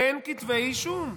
אין כתבי אישום.